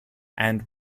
and